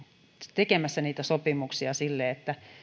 tekemässä niitä sopimuksia niin että